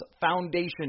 Foundation